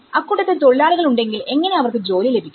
അക്കൂട്ടത്തിൽ തൊഴിലാളികൾ ഉണ്ടെങ്കിൽ എങ്ങനെ അവർക്ക് ജോലി ലഭിക്കും